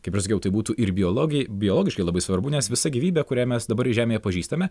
kaip ir sakiau tai būtų ir biologijai biologiškai labai svarbu nes visa gyvybė kurią mes dabar žemėje pažįstame